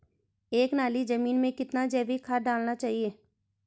एक नाली जमीन में कितना जैविक खाद डालना चाहिए?